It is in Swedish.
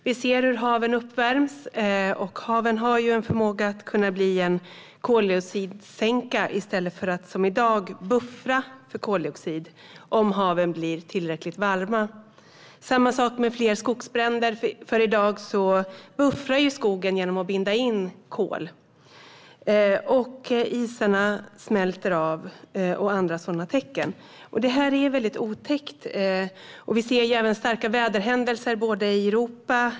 Vi ser hur haven värms upp, och haven har en förmåga att bli en koldioxidsänka i stället för att som i dag buffra för koldioxid om haven blir tillräckligt varma. Detsamma gäller i fråga om fler skogsbränder. I dag buffrar skogen genom att binda in kol. Även isarna smälter, och vi ser andra sådana tecken. Detta är mycket otäckt. Vi ser även starka väderhändelser bland annat i Europa.